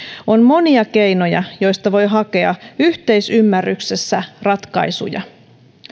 on monia keinoja joista voi hakea yhteisymmärryksessä ratkaisuja